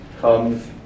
comes